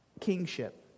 Kingship